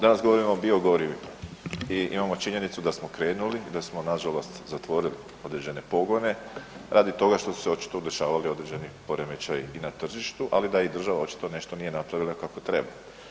Danas govorimo o biogorivima i imamo činjenicu da smo krenuli i da smo nažalost zatvorili određene pogone radi toga što su se očito dešavali određeni poremećaji na tržištu, ali da i država očito nešto nije napravila kako treba.